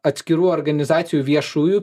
atskirų organizacijų viešųjų